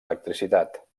electricitat